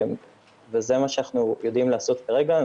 זה מה שאנחנו יודעים לעשות כרגע.